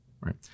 right